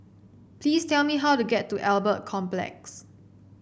please tell me how to get to Albert Complex